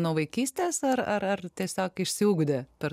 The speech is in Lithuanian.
nuo vaikystės ar ar ar tiesiog išsiugdė per